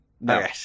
No